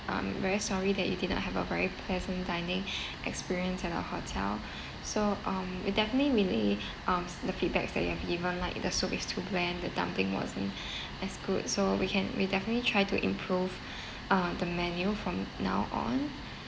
um very sorry that you didn't have a very pleasant dining experience at our hotel so um we definitely meanly um the feedback that you have given like the soup is too bland the dumpling wasn't as good so we can we definitely try to improve uh the menu from now on